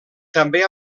també